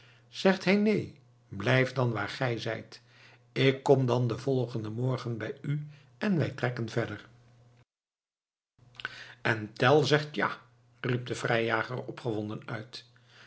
zegt hij neen blijf dan waar gij zijt ik kom dan den volgenden morgen bij u en wij trekken verder en tell zegt ja riep de vrijjager opgewonden uit